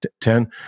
Ten